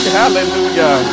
hallelujah